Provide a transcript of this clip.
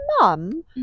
mum